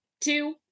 two